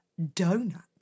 donut